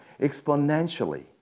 exponentially